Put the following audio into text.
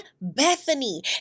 Bethany